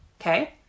okay